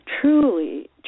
truly